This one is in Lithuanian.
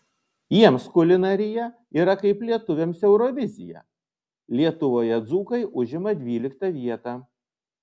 jiems kulinarija yra kaip lietuviams eurovizija lietuvoje dzūkai užima dvyliktą vietą